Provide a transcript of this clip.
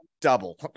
double